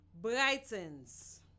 brightens